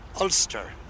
Ulster